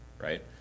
Right